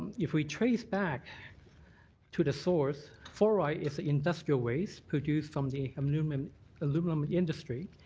if we trace back to the source, fluoride is industrial waste produced from the um aluminum aluminum industry.